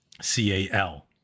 C-A-L